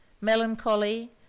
melancholy